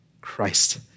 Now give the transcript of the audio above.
Christ